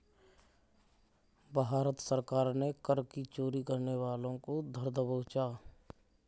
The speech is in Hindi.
भारत सरकार ने कर की चोरी करने वालों को धर दबोचा